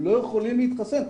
הם לא יכולים להתחסן.